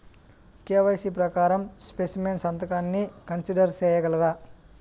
KYC ప్రకారం specimen సంతకాన్ని consider సేయగలరా?